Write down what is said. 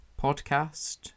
Podcast